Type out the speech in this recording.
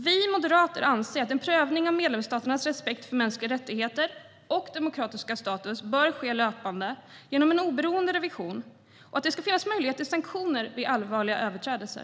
Vi moderater anser att en prövning av medlemsstaternas respekt för mänskliga rättigheter och demokratiska status bör ske löpande genom en oberoende revision och att det ska finnas möjligheter till sanktioner vid allvarliga överträdelser.